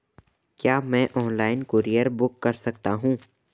क्या मैं online courier book कर सकता हूँ?